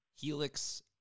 helix